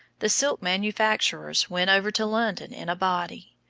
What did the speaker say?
the silk manufacturers went over to london in a body.